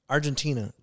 Argentina